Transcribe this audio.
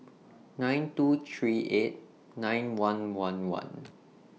nine two three eight nine one one one